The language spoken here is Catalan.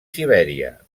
sibèria